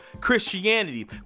Christianity